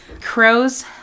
Crows